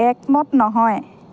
একমত নহয়